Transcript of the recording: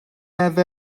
have